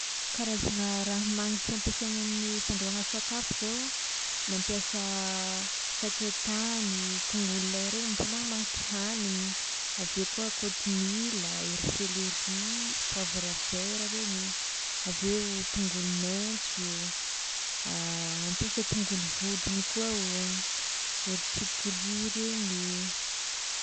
Karazagna raha magnitry ampiasaigny amin'ny fandrahoagna sakafo zao: mampiasa sakay tany, tongolo lay regny mampamagnimagnitry hanigny, avy eo koa kôtomila, ery selery, poivre vert regny, avy eo tongolo maitso, ampiasa tongolo vodiny koa o, ery tsikiry regny.